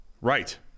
right